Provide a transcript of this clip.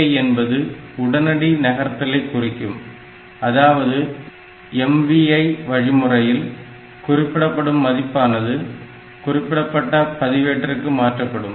MVI என்பது உடனடி நகர்தலை குறிக்கும் அதாவது MVI வழிமுறையில் குறிப்பிடப்படும் மதிப்பானது குறிப்பிடப்பட்ட பதிவேட்டிற்கு மாற்றப்படும்